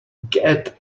get